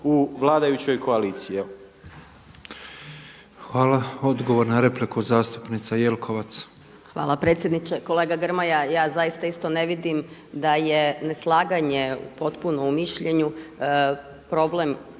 Hvala. Odgovor na repliku zastupnica Jelkovac.